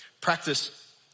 Practice